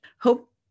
hope